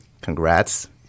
Congrats